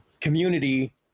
community